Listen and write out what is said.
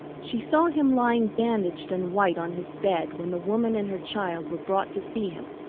she saw him lying bandaged and white on his bed when the woman and her child were brought to see him.